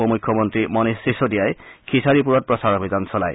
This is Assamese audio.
উপমুখ্যমন্ত্ৰী মনীয় ছিছদিয়াই খিচাঙীপূৰত প্ৰচাৰ অভিযান চলায়